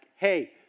hey